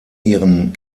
ihren